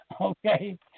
okay